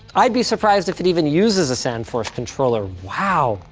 i'd be surprised if it even uses a sandforce controller. wow,